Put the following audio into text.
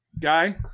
guy